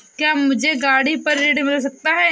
क्या मुझे गाड़ी पर ऋण मिल सकता है?